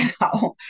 now